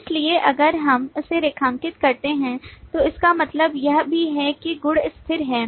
इसलिए अगर हम इसे रेखांकित करते हैं तो इसका मतलब यह भी है कि गुण स्थिर है